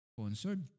Sponsored